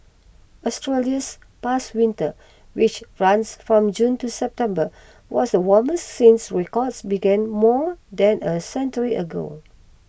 Australia's past winter which runs from June to September was the warmest since records began more than a century ago